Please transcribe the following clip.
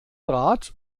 rat